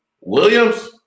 Williams